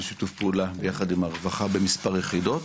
בשיתוף פעולה יחד עם הרווח במספר יחידות,